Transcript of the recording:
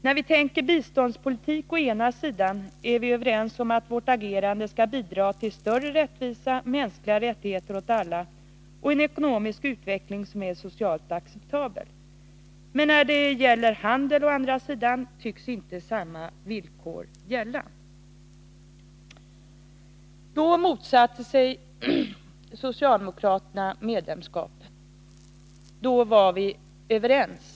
När vi tänker biståndspolitik å ena sidan är vi överens om att vårt agerande skall bidra till större rättvisa, mänskliga rättigheter åt alla och en ekonomisk utveckling som är socialt acceptabel. Men när det gäller handel å andra sidan tycks inte samma villkor gälla.” Då motsatte sig socialdemokraterna medlemskap. Då var vi överens.